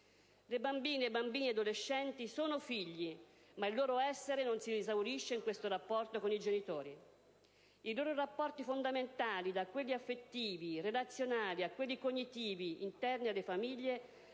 Le bambine, i bambini e gli adolescenti sono figli, ma il loro essere non si esaurisce in questo rapporto con i genitori. I loro rapporti fondamentali, da quelli affettivi, relazionali a quelli cognitivi, interni alle famiglie,